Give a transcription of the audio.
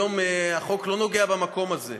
היום החוק לא נוגע במקום הזה,